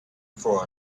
for